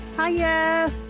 Hiya